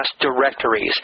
directories